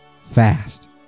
fast